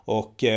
och